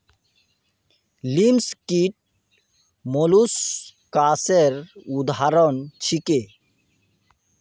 लिमस कीट मौलुसकासेर उदाहरण छीके